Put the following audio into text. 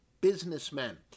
businessmen